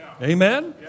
Amen